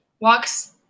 walks